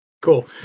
Cool